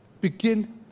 begin